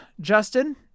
Justin